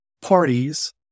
parties